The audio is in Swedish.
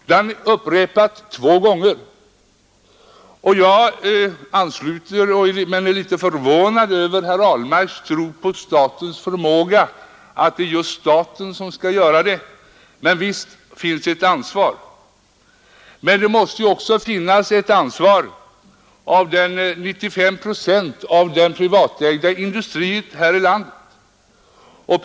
Det har herr Ahlmark redan sagt två gånger, och jag ansluter mig till tanken men är litet förvånad över hans tro på statens förmåga. Det är alltså just staten som skall göra det, och visst har den ett ansvar, men det måste också finnas ett ansvar hos de 95 procent av industrin här i landet som är privatägd.